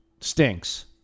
stinks